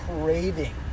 craving